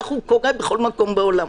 כך הוא קורה בכל מקום בעולם.